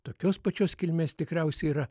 tokios pačios kilmės tikriausiai yra